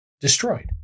destroyed